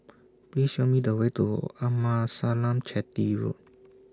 Please Show Me The Way to Amasalam Chetty Road